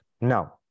Now